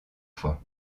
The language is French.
fois